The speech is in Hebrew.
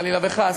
חלילה וחס,